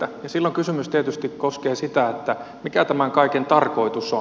silloin kysymys tietysti koskee sitä mikä tämän kaiken tarkoitus on